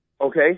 okay